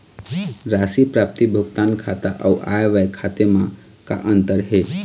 राशि प्राप्ति भुगतान खाता अऊ आय व्यय खाते म का अंतर हे?